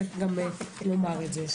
צריך גם לומר את זה.